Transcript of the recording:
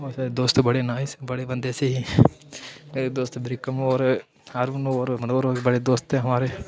उत्थें अस दोस्त बड़े नाइस बड़े बंदे स्हेई एह् दोस्त बरिकम होर अरूण होर मनोहर होर बड़े दोस्त हे हमारे